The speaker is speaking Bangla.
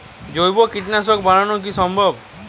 জৈব কীটনাশক বানানো কি সম্ভব?